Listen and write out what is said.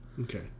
Okay